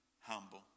humble